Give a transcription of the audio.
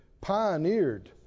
pioneered